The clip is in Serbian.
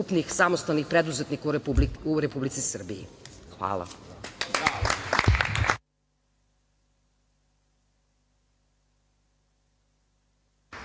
samostalnih preduzetnika u Republici Srbiji. Hvala.